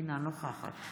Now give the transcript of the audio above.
אינה נוכחת